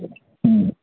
हूँ